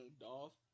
Dolph